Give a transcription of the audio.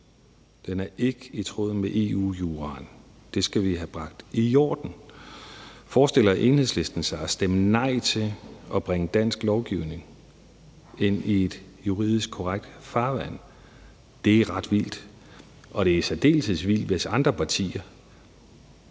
Den er ikke i tråd med EU-juraen. Det skal vi have bragt i orden. Forestiller Enhedslisten sig at stemme mod at bringe dansk lovgivning ind i et juridisk korrekt farvand? Det er ret vildt, og det er i særdeleshed vildt, hvis andre partier,